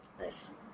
Nice